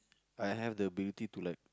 I have the ability to learn